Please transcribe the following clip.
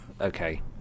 okay